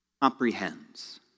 comprehends